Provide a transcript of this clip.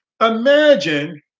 Imagine